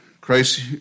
Christ